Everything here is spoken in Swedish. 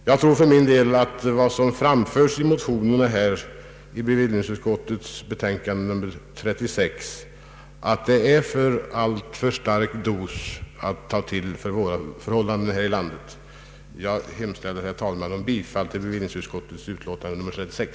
Jag tror att vad som framförts i motionerna i bevillningsutskottets betänkande nr 36 är en alltför stark dos för förhållandena i vårt land. Herr talman, jag kommer att yrka bifall till bevillningsutskottets betänkande nr 36.